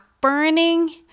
burning